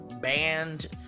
band